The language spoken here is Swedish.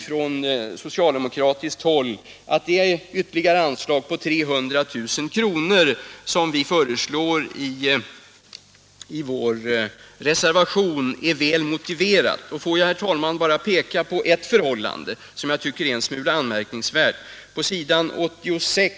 Från socialdemokratiskt håll menar vi att det ytter — m.m. ligare anslag på 300 000 kr. som vi föreslår i vår reservation är väl motiverat. Får jag, herr talman, i det sammanhanget bara peka på ett förhållande som jag tycker är en smula anmärkningsvärt. På s. 86 i bil.